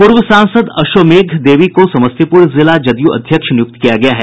पूर्व सांसद अश्वमेध देवी को समस्तीपुर जिला जदयू अध्यक्ष नियुक्त किया गया है